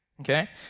okay